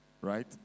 Right